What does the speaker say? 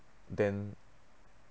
than